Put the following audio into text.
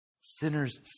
sinners